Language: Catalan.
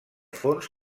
fons